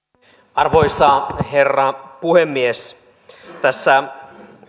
arvoisa herra puhemies tässä